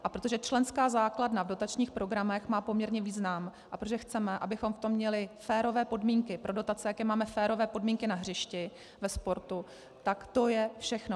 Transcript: A protože členská základna v dotačních programech má poměrně význam a protože chceme, abychom v tom měli férové podmínky pro dotace, jako máme férové podmínky na hřišti ve sportu, tak to je všechno.